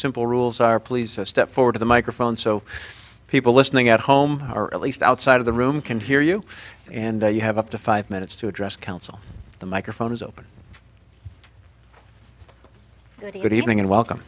simple rules are please step forward to the microphone so people listening at home or at least outside of the room can hear you and you have up to five minutes to address council the microphone is open good evening and welcome